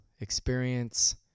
experience